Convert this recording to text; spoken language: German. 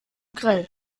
grell